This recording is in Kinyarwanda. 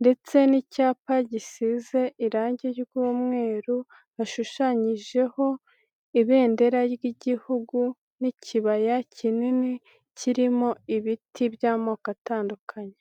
ndetse n'icyapa gisize irangi ry'umweru bashushanyijeho ibendera ry'igihugu n'ikibaya kinini kirimo ibiti by'amoko atandukanye.